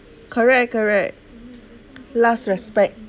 correct correct last respect